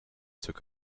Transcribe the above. took